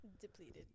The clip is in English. depleted